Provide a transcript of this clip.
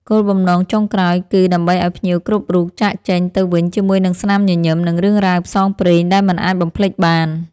គោលបំណងចុងក្រោយ គឺដើម្បីឱ្យភ្ញៀវគ្រប់រូបចាកចេញទៅវិញជាមួយនឹងស្នាមញញឹម និងរឿងរ៉ាវផ្សងព្រេងដែលមិនអាចបំភ្លេចបាន។